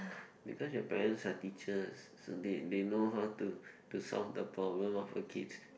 because your parents are teachers so they they know how to to solve the problem of a kids